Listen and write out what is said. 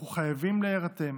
אנחנו חייבים להירתם